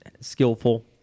skillful